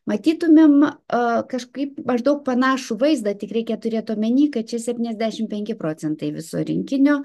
matytumėm a kažkaip maždaug panašų vaizdą tik reikia turėt omenyje kad ši septyniasdešimt penki procentai viso rinkinio